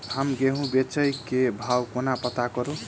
हम गेंहूँ केँ बेचै केँ भाव कोना पत्ता करू?